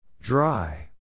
Dry